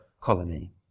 colony